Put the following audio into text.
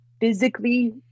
physically